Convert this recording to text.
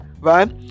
right